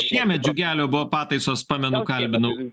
šiemet džiugelio buvo pataisos pamenu kalbinau